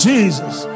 Jesus